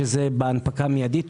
שזה בהנפקה מיידית,